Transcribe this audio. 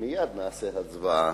מייד נעשה הצבעה.